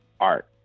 art